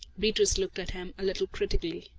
beatrice looked at him a little critically.